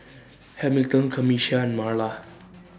Hamilton Camisha and Marla